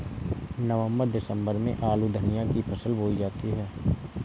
नवम्बर दिसम्बर में आलू धनिया की फसल बोई जाती है?